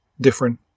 different